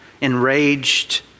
enraged